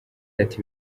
ati